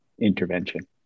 intervention